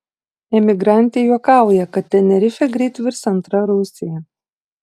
emigrantė juokauja kad tenerifė greit virs antra rusija